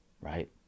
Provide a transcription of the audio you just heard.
right